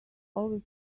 always